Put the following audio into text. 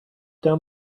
down